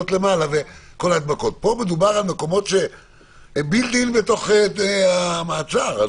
פה מדובר על מקומות שהם בילט-אין בתוך במעצר.